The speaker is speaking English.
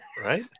Right